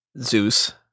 Zeus